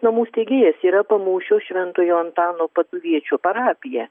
namų steigėjas yra pamūšio šventojo antano paduviečio parapija